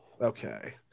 Okay